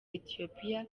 ethiopia